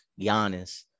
Giannis